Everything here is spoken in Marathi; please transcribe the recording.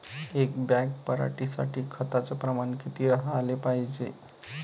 एक बॅग पराटी साठी खताचं प्रमान किती राहाले पायजे?